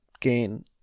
gain